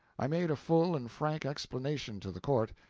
i made a full and frank explanation to the court.